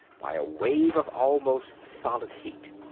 by a wave of almost solid heat.